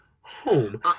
home